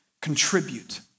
contribute